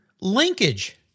Linkage